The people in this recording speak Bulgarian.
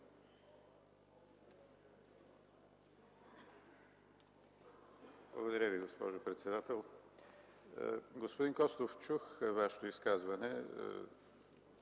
Благодаря Ви, госпожо председател. Господин Костов, чух Вашето изказване.